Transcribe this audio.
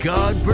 God